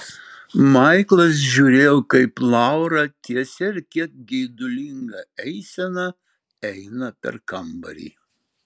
maiklas žiūrėjo kaip laura tiesia ir kiek geidulinga eisena eina per kambarį